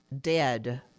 dead